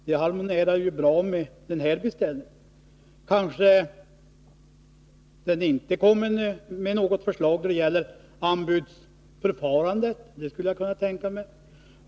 Det harmonierar i så fall bra med denna beställning. Beredningen kanske inte kommer med något förslag då det gäller anbudsförfarande — det skulle jag kunna tänka mig.